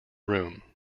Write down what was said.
room